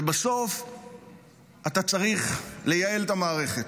ובסוף אתה צריך לייעל את המערכת.